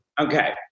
Okay